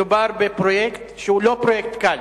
מדובר בפרויקט שהוא לא פרויקט קל.